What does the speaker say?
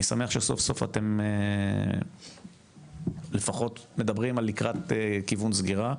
אני שמח שסוף סוף אתם לפחות מדברים על לקראת כיוון סגירה.